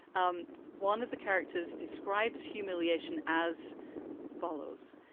um one of the characters describes humiliation as follows.